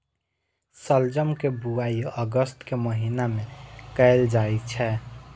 शलजम के बुआइ अगस्त के महीना मे कैल जाइ छै